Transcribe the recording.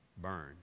burn